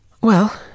Well